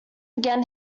again